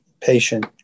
patient